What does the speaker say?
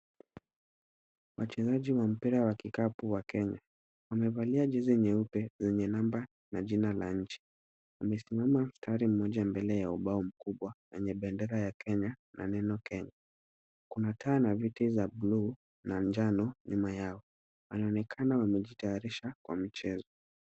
Wachezaji wa mpira wa kikapu wa Kenya. Wamevalia jezi nyeupe, zenye number na jina la nchi. Wamesimama mstari mmoja mbele ya ubao mkubwa wenye bendera ya Kenya na neno Kenya. Kuna taa na viti za buluu na njano nyuma yao. Wanaonekana wamejitayarisha kwa mchezo.